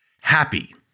Happy